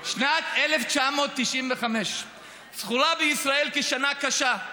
חברים, חברים, שנת 1995 זכורה בישראל כשנה קשה,